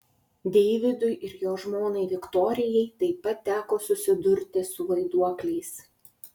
deividui ir jo žmonai viktorijai taip pat teko susidurti su vaiduokliais